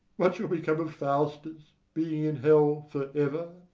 what shall become of faustus, being in hell for ever?